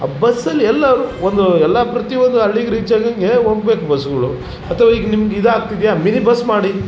ಆ ಬಸ್ಸಲ್ಲಿ ಎಲ್ಲರು ಒಂದು ಎಲ್ಲ ಪ್ರತಿಒಂದು ಹಳ್ಳಿಗ್ ರೀಚ್ ಆಗೋಂಗೆ ಹೋಗ್ಬೇಕು ಬಸ್ಗಳು ಅಥ್ವ ಈಗ ನಿಮಗೆ ಇದು ಆಗ್ತಿದ್ಯ ಮಿನಿ ಬಸ್ ಮಾಡಿ